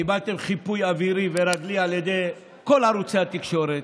קיבלתם חיפוי אווירי ורגלי על ידי כל ערוצי התקשורת.